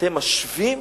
אתם משווים?